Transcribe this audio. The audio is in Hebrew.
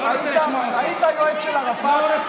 אחמד, אני שואל: היית היועץ של ערפאת?